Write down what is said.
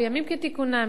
בימים כתיקונם,